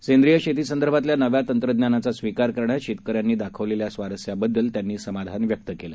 सेंद्रीय शेतीसंदर्भातल्या नव्या तंत्रज्ञानाचा स्वीकार करण्यात शेतकऱ्यांनी दाखवलेल्या स्वारस्याबाबत त्यांनी समाधान व्यक्त केलं